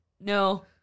No